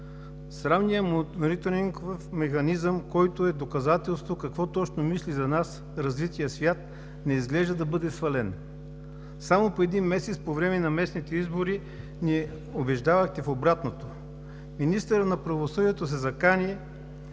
Срамният мониторингов механизъм, който е доказателство какво точно мисли за нас развитият свят, не изглежда да бъде свален. Само преди месец, по време на местните избори, ни убеждавахте в обратното. Министърът на правосъдието се закани